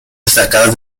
destacadas